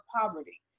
poverty